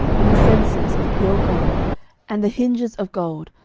and the censers of pure gold and the hinges of gold,